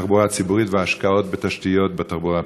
התחבורה הציבורית וההשקעות בתשתיות בתחבורה הפרטית,